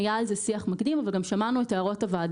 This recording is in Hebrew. היה על זה שיח מקדים אבל גם שמענו את הערות הוועדה